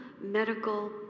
medical